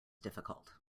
difficult